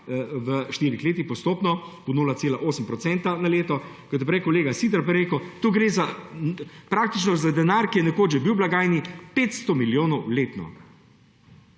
v štirih letih postopno, po 0,8 % na leto. Kot je prej kolega Siter rekel, tu gre praktično za denar, ki je nekoč že bil v blagajni, 500 milijonov letno.